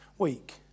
week